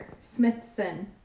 Smithson